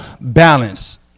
balance